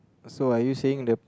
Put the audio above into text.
so are you saying that